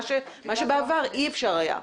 מה שבעבר אי אפשר היה לעשות.